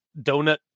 donut